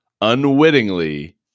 unwittingly